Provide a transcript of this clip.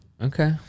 okay